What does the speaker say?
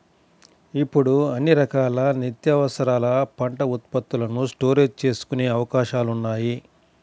ఇప్పుడు అన్ని రకాల నిత్యావసరాల పంట ఉత్పత్తులను స్టోరేజీ చేసుకునే అవకాశాలున్నాయి